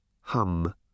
Hum